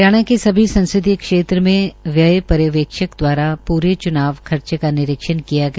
हरियाणा के सभी सांसदीय क्षेत्र में व्यय पर्यवेक्षक द्वारा पूरे चुनाव का निरीक्षण किया गया